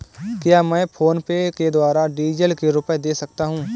क्या मैं फोनपे के द्वारा डीज़ल के रुपए दे सकता हूं?